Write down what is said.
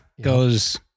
goes